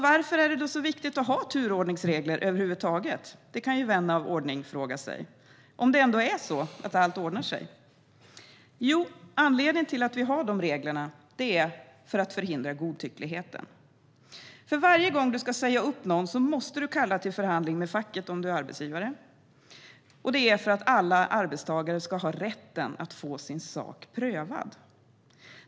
Varför är det då så viktigt att ha turordningsregler över huvud taget, kan vän av ordning fråga sig, om det ändå alltid ordnar sig? Jo, anledningen till att vi har reglerna är att vi vill förhindra godtyckligheten. Varje gång du ska säga upp någon måste du kalla till förhandling med facket om du är arbetsgivare. Det är för att alla arbetstagare ska ha rätten att få sin sak prövad.